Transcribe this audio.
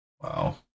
Wow